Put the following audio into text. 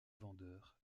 vendeurs